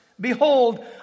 Behold